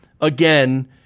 again